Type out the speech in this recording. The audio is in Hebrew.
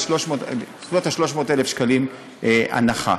בסביבות 300,000 שקלים הנחה.